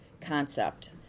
concept